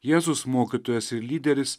jėzus mokytojas ir lyderis